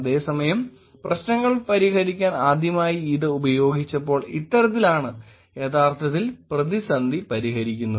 അതേസമയം പ്രശ്നങ്ങൾ പരിഹരിക്കാൻ ആദ്യമായി ഇത് ഉപയോഗിച്ചപ്പോൾ ഇത്തരത്തിലാണ് യഥാർത്ഥത്തിൽ പ്രതിസന്ധി പരിഹരിക്കുന്നത്